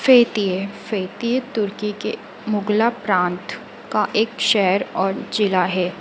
Fethiye Fethiye तुर्की के Mugla प्रांत का एक शहर और जिला है